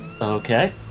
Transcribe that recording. Okay